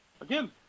again